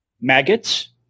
Maggots